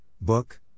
Book